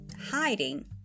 Hiding